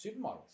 supermodels